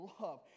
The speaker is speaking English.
love